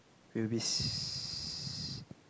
we'll be s~